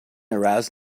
arouse